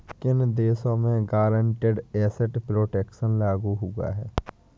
किन देशों में गारंटीड एसेट प्रोटेक्शन लागू हुआ है?